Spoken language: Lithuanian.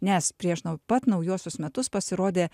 nes prieš nau pat naujuosius metus pasirodė